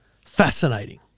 fascinating